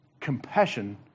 compassion